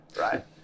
right